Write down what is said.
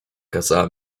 kazała